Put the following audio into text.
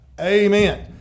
Amen